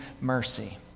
mercy